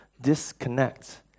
disconnect